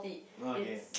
well I can